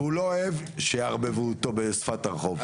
והוא לא אוהב שיערבבו אותו, בשפת הרחוב.